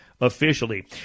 officially